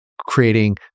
creating